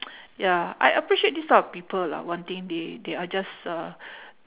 ya I appreciate this type of people lah one thing they they are just uh